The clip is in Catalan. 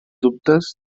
dubtes